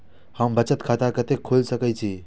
हम बचत खाता कते खोल सके छी?